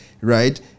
right